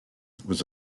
was